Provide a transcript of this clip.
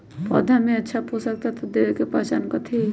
पौधा में अच्छा पोषक तत्व देवे के पहचान कथी हई?